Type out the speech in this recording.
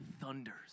thunders